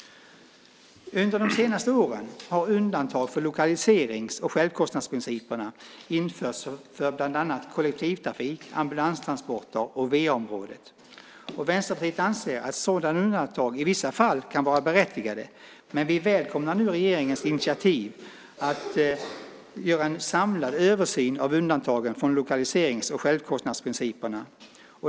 Under de senaste åren har undantag för lokaliserings och självkostnadsprinciperna införts för bland annat kollektivtrafik, ambulanstransporter och VA-området. Vänsterpartiet anser att sådana undantag i vissa fall kan vara berättigade men vi välkomnar nu regeringens initiativ att göra en samlad översyn av undantagen från lokaliserings och självkostnadsprinciperna.